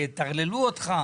יטרללו אותך,